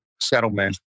settlement